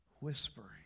whispering